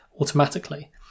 automatically